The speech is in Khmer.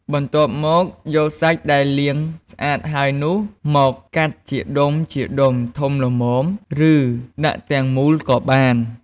បន្ទាប់មក យកសាច់ដែលលាងស្អាតហើយនោះ មកកាត់ជាដុំៗធំល្មម ឬដាក់ទាំងមូលក៏បាន។